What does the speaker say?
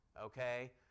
okay